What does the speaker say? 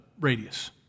radius